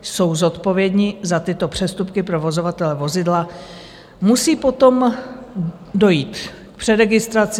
Jsou zodpovědní za tyto přestupky provozovatelé vozidla, musí potom dojít k přeregistraci.